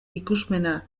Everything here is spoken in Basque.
ikusmena